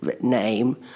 name